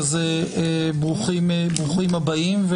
אז ברוכים הבאים,